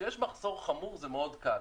כשיש מחסור חמור זה מאוד קל.